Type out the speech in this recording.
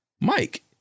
Mike